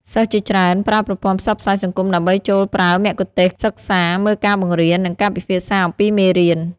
សិស្សជាច្រើនប្រើប្រព័ន្ធផ្សព្វផ្សាយសង្គមដើម្បីចូលប្រើមគ្គុទ្ទេសក៍សិក្សា មើលការបង្រៀន និងការពិភាក្សាអំពីមេរៀន។